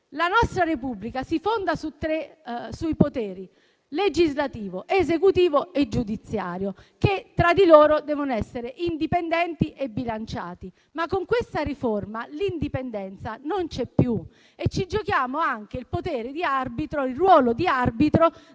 La nostra Repubblica si fonda su tre poteri - legislativo, esecutivo e giudiziario - che tra di loro devono essere indipendenti e bilanciati, ma con questa riforma l'indipendenza non c'è più. Ci giochiamo anche il ruolo di arbitro